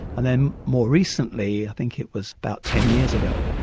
and then more recently, i think it was about ten years ago,